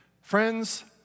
Friends